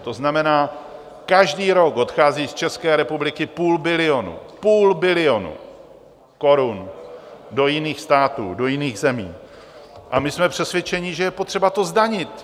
To znamená, každý rok odchází z České republiky půl bilionu, půl bilionu korun do jiných států, do jiných zemí, a my jsme přesvědčeni, že je potřeba to zdanit.